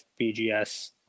BGS